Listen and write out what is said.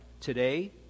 today